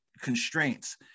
constraints